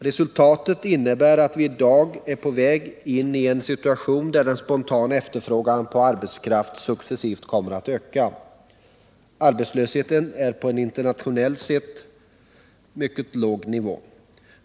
Resultatet innebär att vi i dag är på väg in ien situation där den spontana efterfrågan på arbetskraft successivt kommer att öka. Arbetslösheten är på en internationellt sett mycket låg nivå.